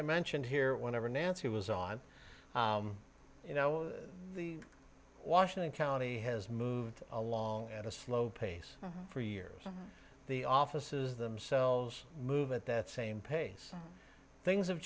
mentioned here whenever nancy was on you know the washington county has moved along at a slow pace for years the offices themselves move at the same pace things have